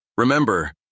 Remember